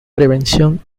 prevención